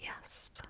yes